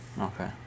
Okay